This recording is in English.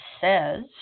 Says